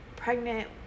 pregnant